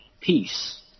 peace